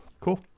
cool